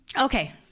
okay